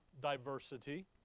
diversity